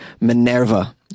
Minerva